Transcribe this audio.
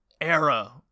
era